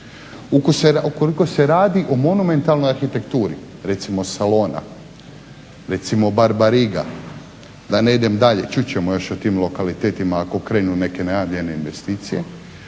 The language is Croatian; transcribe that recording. Ukoliko se radi o monumentalnoj arhitekturi recimo Salona, recimo Barbariga, da ne idem dalje čut ćemo još o tim lokalitetima ako krenu neke najavljene investicije,